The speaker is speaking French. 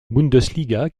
bundesliga